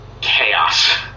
chaos